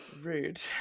rude